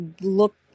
look